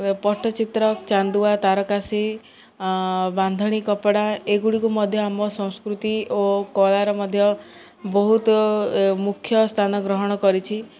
ପଟ୍ଟଚିତ୍ର ଚାନ୍ଦୁଆ ତାରକାସୀ ବାନ୍ଧଣି କପଡ଼ା ଏଗୁଡ଼ିକୁ ମଧ୍ୟ ଆମ ସଂସ୍କୃତି ଓ କଳାର ମଧ୍ୟ ବହୁତ ମୁଖ୍ୟ ସ୍ଥାନ ଗ୍ରହଣ କରିଛି